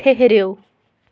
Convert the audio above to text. ٹھٕہرِو